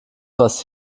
was